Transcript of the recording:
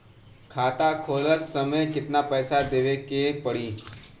खाता खोलत समय कितना पैसा देवे के पड़ी?